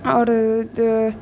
आओर